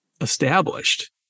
established